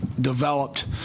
developed